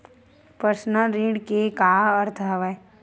Personal ऋण के का अर्थ हवय?